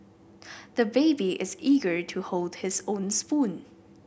the baby is eager to hold his own spoon